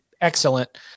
excellent